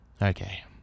Okay